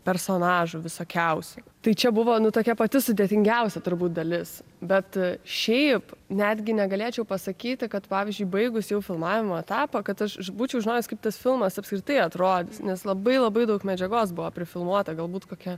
personažų visokiausių tai čia buvo nu tokia pati sudėtingiausia turbūt dalis bet šiaip netgi negalėčiau pasakyti kad pavyzdžiui baigus jau filmavimo etapą kad aš būčiau žinojęs kaip tas filmas apskritai atrodys nes labai labai daug medžiagos buvo prifilmuota galbūt kokia